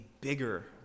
bigger